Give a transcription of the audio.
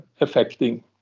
affecting